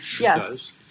yes